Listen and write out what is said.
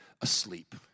asleep